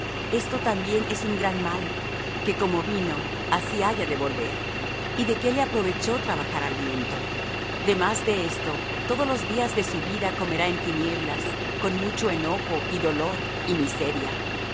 este también es un gran mal que como vino así haya de volver y de qué le aprovechó trabajar al viento demás de esto todos los días de su vida comerá en tinieblas con mucho enojo y dolor y miseria